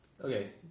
Okay